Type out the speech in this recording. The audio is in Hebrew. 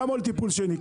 כמה עולה טיפול שני,